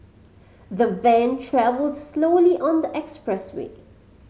the van travelled slowly on the expressway